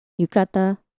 Yukata